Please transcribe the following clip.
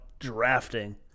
drafting